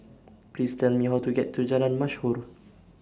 Please Tell Me How to get to Jalan Mashhor